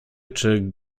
czy